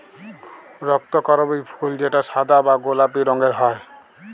রক্তকরবী ফুল যেটা সাদা বা গোলাপি রঙের হ্যয়